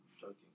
Joking